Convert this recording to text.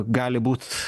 gali būt